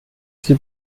sie